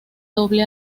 doble